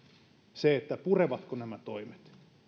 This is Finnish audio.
purevatko nämä toimet